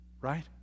right